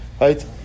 right